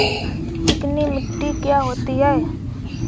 चिकनी मिट्टी क्या होती है?